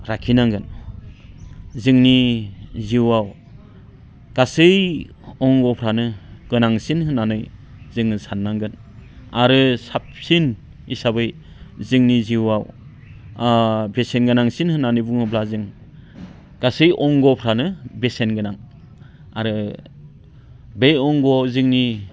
लाखिनांगोन जोंनि जिउआव गासै अंग'फ्रानो गोनांसिन होननानै जोङो साननांगोन आरो साबसिन हिसाबै जोंनि जिउआव बेसेन गोनांसिन होननानै बुङोब्ला जों गासै अंग'फ्रानो बेसेनगोनां आरो बे अंग'आव जोंनि